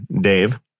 Dave